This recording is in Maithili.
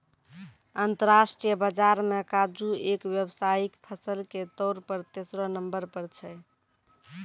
अंतरराष्ट्रीय बाजार मॅ काजू एक व्यावसायिक फसल के तौर पर तेसरो नंबर पर छै